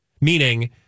meaning